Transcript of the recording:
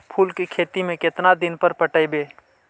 फूल के खेती में केतना दिन पर पटइबै?